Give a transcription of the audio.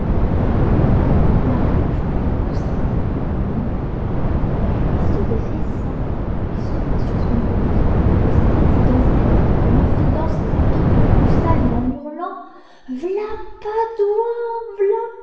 alors varajou poussa un hurlement d'allégresse et se dressant il sauta sur son beau-frère le saisit dans ses bras et le fit danser tout autour du salon en hurlant v'là padoie